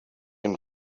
and